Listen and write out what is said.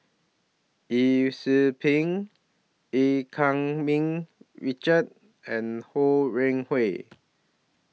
Yee Siew Pun EU Keng Mun Richard and Ho Rih Hwa